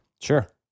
Sure